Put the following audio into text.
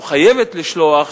או חייבת לשלוח,